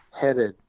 headed